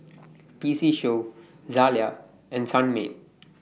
P C Show Zalia and Sunmaid